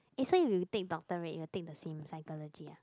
eh so if you take doctorate you will take the same psychology ah